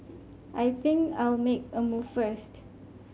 I think I'll make a move first